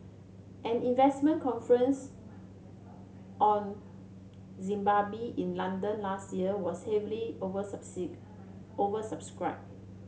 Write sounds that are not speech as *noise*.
an investment conference on Zimbabwe in London last week was heavily *unintelligible* oversubscribed